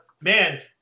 man